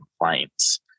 complaints